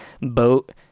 boat